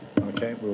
Okay